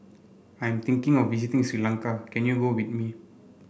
I'm thinking of visiting Sri Lanka can you go with me